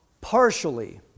partially